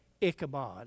Ichabod